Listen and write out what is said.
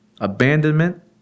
abandonment